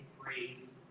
praise